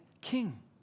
King